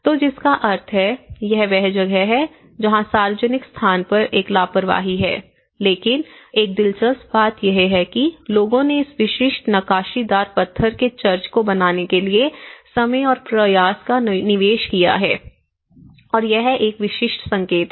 तो जिसका अर्थ है यह वह जगह है जहां सार्वजनिक स्थान पर एक लापरवाही है लेकिन एक दिलचस्प बात यह है कि लोगों ने इस विशिष्ट नक्काशीदार पत्थर के चर्च को बनाने के लिए समय और प्रयास का निवेश किया है और यह एक विशिष्ट संकेत है